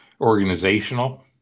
organizational